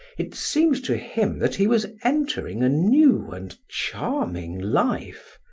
it seemed to him that he was entering a new and charming life,